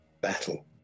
battle